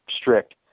strict